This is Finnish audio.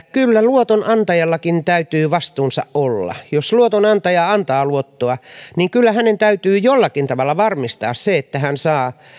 kyllä luotonantajallakin täytyy vastuunsa olla jos luotonantaja antaa luottoa niin kyllä hänen täytyy jollakin tavalla varmistaa se että hän saa